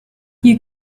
you